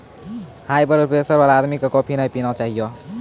high blood pressure वाला आदमी कॅ कॉफी नय पीना चाहियो